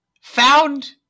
found